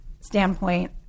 standpoint